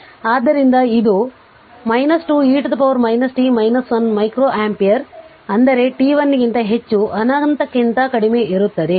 ಆದ್ದರಿಂದ ಅದು 2 e t 1 microampere ಅಂದರೆ t 1 ಕ್ಕಿಂತ ಹೆಚ್ಚು ಅನಂತಕ್ಕಿಂತ ಕಡಿಮೆ ಇರುತ್ತದೆ